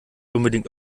unbedingt